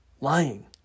lying